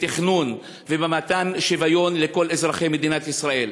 בתכנון ובמתן שוויון לכל אזרחי מדינת ישראל.